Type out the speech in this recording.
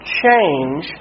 change